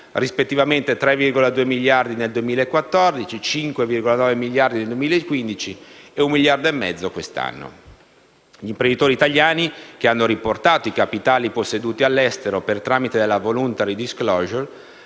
(rispettivamente 3,2 miliardi nel 2014, 5,9 miliardi nel 2015 e 1,5 miliardi quest'anno). Gli imprenditori italiani che hanno riportato i capitali posseduti all'estero per tramite della *voluntary disclosure*,